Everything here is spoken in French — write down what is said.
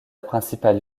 principale